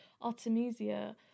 Artemisia